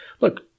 Look